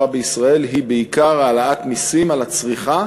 בישראל היא בעיקר העלאת המסים על הצריכה